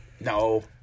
No